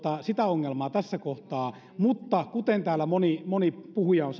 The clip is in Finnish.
sitä ongelmaa tässä kohtaa mutta kuten täällä moni moni puhuja on sanonut